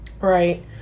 right